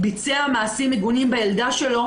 ביצע מעשים מגונים בילדה שלו,